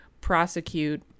prosecute